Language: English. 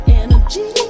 energy